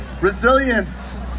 Resilience